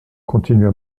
continua